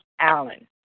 allen